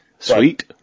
sweet